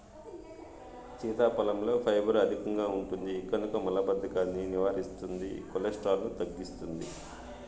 సీతాఫలంలో ఫైబర్ అధికంగా ఉంటుంది కనుక మలబద్ధకాన్ని నివారిస్తుంది, కొలెస్ట్రాల్ను తగ్గిస్తుంది